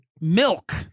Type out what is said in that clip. milk